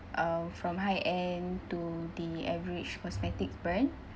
uh from high-end to the average cosmetics brand